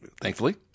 thankfully